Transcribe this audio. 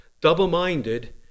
double-minded